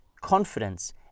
confidence